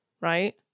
right